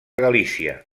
galícia